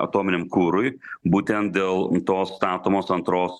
atominiam kurui būtent dėl to statomos antros